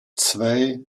zwei